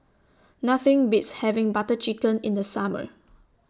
Nothing Beats having Butter Chicken in The Summer